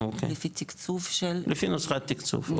לפי תקצוב של --- לפי נוסחת תקצוב,